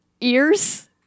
Ears